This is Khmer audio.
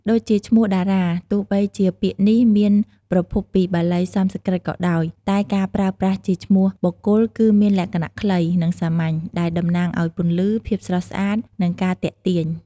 ដូចជាឈ្មោះតារា ទោះបីជាពាក្យនេះមានប្រភពពីបាលីសំស្ក្រឹតក៏ដោយ តែការប្រើប្រាស់ជាឈ្មោះបុគ្គលគឺមានលក្ខណៈខ្លី និងសាមញ្ញ ដែលតំណាងឲ្យពន្លឺ ភាពស្រស់ស្អាត និងការទាក់ទាញ។